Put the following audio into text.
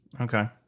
Okay